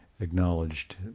acknowledged